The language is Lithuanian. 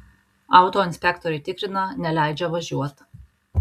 autoinspektoriai tikrina neleidžia važiuot